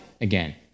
Again